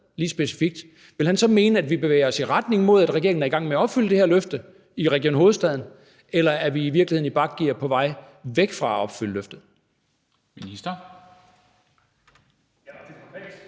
vil mene, at vi bevæger os i retning mod, at regeringen er i gang med at opfylde det her løfte i Region Hovedstaden, eller om vi i virkeligheden er i bakgear på vej væk fra at opfylde løftet.